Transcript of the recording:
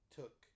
took